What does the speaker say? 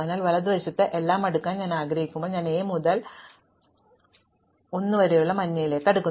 അതിനാൽ വലതുവശത്ത് എല്ലാം അടുക്കാൻ ഞാൻ ആഗ്രഹിക്കുമ്പോൾ ഞാൻ A മുതൽ l വരെ മഞ്ഞയിലേക്ക് അടുക്കുന്നു